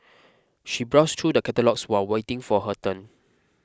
she browsed through the catalogues while waiting for her turn